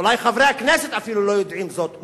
אולי חברי הכנסת אפילו לא יודעים זאת,